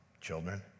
Children